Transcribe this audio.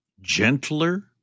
gentler